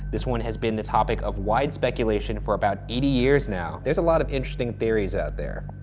this one has been the topic of wide speculation for about eighty years now. there's a lot of interesting theories out there.